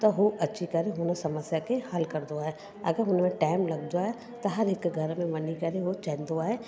त हू अची करे हुन समस्या खे हल करंदो आहे अगरि हुन में टाइम लॻंदो आहे त हर हिक घर में वञी करे हू चईंदो आहे